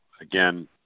again